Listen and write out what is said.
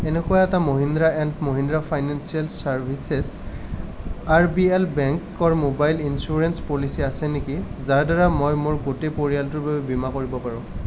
এনেকুৱা এটা Mahindra and Mahindra financial services R B L বেংকৰ মোবাইল ইঞ্চুৰেঞ্চ পলিচী আছে নেকি যাৰদ্বাৰা মই মোৰ গোটেই পৰিয়ালটোৰ বাবে বীমা কৰিব পাৰোঁ